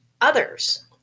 others